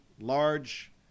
large